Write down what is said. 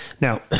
Now